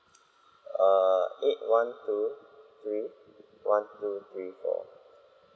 err eight one two three one two three four